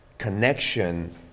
connection